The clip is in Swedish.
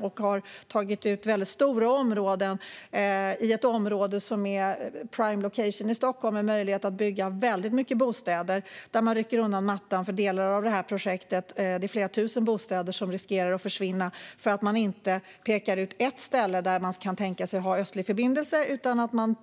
Trafikverket har undantagit väldigt stora områden på en plats som är prime location i Stockholm, med möjlighet att bygga väldigt många bostäder. Man rycker här undan mattan för delar av projektet. Flera tusen bostäder riskerar att försvinna här för att man inte pekar ut ett ställe där man kan tänka sig att ha den östliga förbindelsen. I stället